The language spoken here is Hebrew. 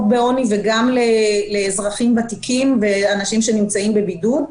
בעוני וגם לאזרחים ותיקים ואנשים שנמצאים בבידוד.